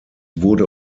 wurde